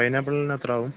പൈനാപ്പിളിനെത്രയാകും